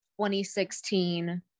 2016